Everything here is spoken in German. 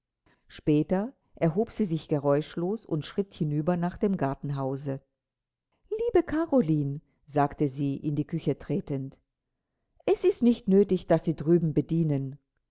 später erhob sie sich geräuschlos und schritt hinüber nach dem gartenhause liebe karoline sagte sie in die küche tretend es ist nicht nötig daß sie drüben bedienen